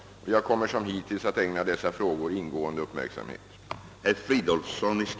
Jag kommer som hittills att ägna dessa frågor ingående uppmärksamhet.